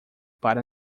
para